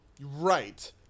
right